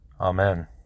Amen